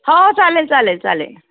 हो चालेल चालेल चालेल